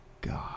God